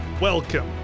Welcome